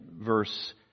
verse